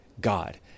god